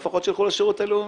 אז לפחות שיילכו לשירות הלאומי.